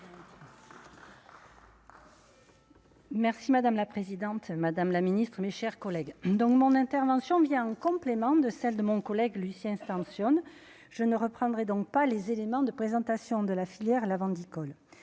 Merci madame la présidente, Madame la Ministre, mes chers collègues, donc mon intervention vient en complément de celle de mon collègue Lucien tension je ne reprendrai donc pas les éléments de présentation de la filière la Cole,